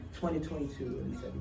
2022